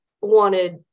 wanted